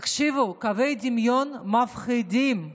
תקשיבו, קווי דמיון מפחידים.